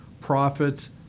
profits